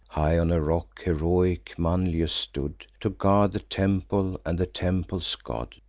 high on a rock heroic manlius stood, to guard the temple, and the temple's god.